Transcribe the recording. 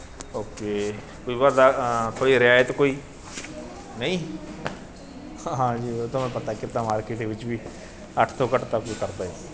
okay ਕੋਈ ਰੈਤ ਕੋਈ ਨਹੀਂ ਹਾਂ ਜੀ ਉਹ ਤਾਂ ਮੈਂ ਪਤਾ ਕੀਤਾ ਮਾਰਕੀਟ ਦੇ ਵਿੱਚ ਵੀ ਅੱਠ ਤੋਂ ਘੱਟ ਤਾਂ ਕੋਈ ਕਰਦਾ ਹੀ ਨਹੀਂ